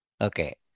Okay